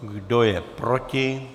Kdo je proti?